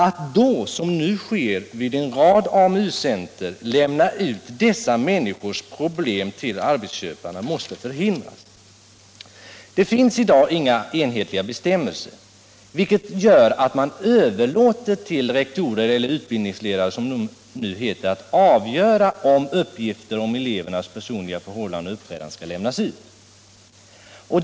Att man då, som nu sker vid en rad AMU-centrer, lämnar ut dessa människors problem till arbetsköparna måste förhindras. Det finns i dag inga enhetliga bestämmelser, vilket gör att man överlåter till rektorer eller utbildningsledare — som det numera heter — att avgöra om uppgifter om elevernas personliga förhållanden och uppträdande skall lämnas ut.